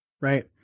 right